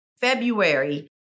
February